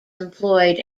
employed